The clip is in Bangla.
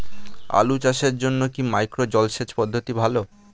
আলু চাষের জন্য কি মাইক্রো জলসেচ পদ্ধতি ভালো?